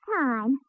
time